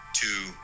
two